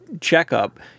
checkup